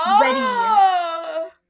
ready